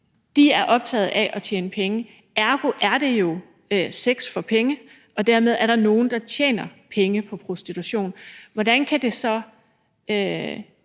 er optaget af at tjene penge – ergo er det sex for penge, og dermed er der nogle, der tjener penge på prostitution. Hvordan kan det så